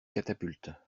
catapultes